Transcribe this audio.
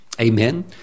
amen